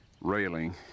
railing